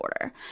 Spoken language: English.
order